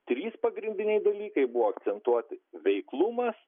trys pagrindiniai dalykai buvo akcentuoti veiklumas